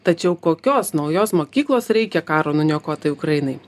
tačiau kokios naujos mokyklos reikia karo nuniokotai ukrainai